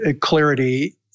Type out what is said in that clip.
clarity